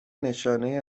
نشانهای